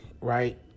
right